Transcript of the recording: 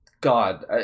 God